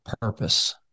purpose